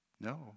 No